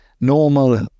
normal